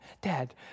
dad